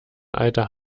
alter